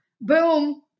Boom